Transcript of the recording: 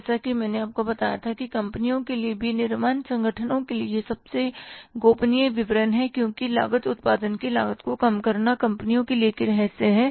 जैसा कि मैंने आपको बताया कि कंपनियों के लिए विनिर्माण संगठनों के लिए यह सबसे गोपनीय विवरण है क्योंकि लागत उत्पादन की लागत को कम करना कंपनियों के लिए एक रहस्य है